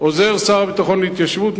עוזר שר הביטחון להתיישבות,